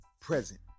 present